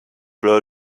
blur